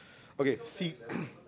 okay see